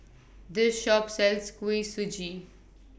This Shop sells Kuih Suji